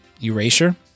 Erasure